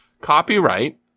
copyright